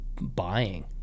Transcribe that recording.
buying